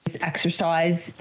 exercise